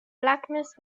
blackness